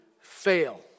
fail